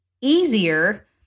easier